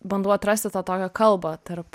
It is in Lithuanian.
bandau atrasti tą tokią kalbą tarp